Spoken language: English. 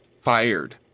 fired